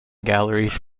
galleries